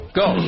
go